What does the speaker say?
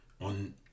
On